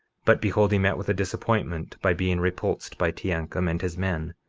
but behold he met with a disappointment by being repulsed by teancum and his men,